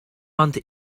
ond